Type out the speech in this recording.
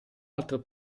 altro